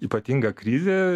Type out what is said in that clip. ypatinga krizė